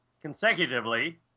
consecutively